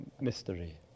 mystery